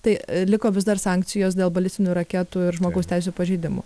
tai liko vis dar sankcijos dėl balistinių raketų ir žmogaus teisių pažeidimų